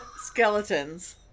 skeletons